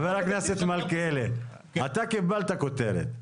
אתה קיבלת כותרת.